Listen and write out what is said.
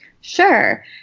Sure